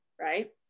Right